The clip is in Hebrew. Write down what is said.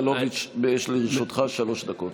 חבר הכנסת סגלוביץ', לרשותך שלוש דקות.